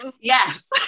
Yes